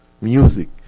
music